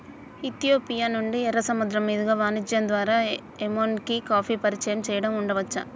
Ethiopia నుండి, ఎర్ర సముద్రం మీదుగా వాణిజ్యం ద్వారా ఎమెన్కి కాఫీ పరిచయం చేయబడి ఉండవచ్చు